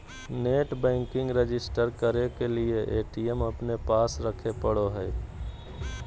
net banking register करे के लिए ए.टी.एम अपने पास रखे पड़ो हइ